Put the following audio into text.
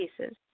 pieces